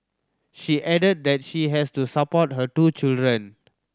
she added that she has to support her two children